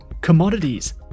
commodities